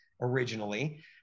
originally